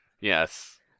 Yes